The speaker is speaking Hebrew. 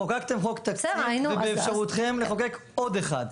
חוקקתם חוק תקציב, ובאפשרותכם לחוקק עוד אחד.